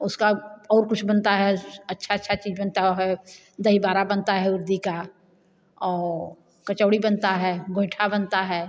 और उसका और कुछ बनता है अच्छा अच्छा चीज बनता है दही बाड़ा बनता है उड़दी का और कचौड़ी बनता है गोइठा बनता है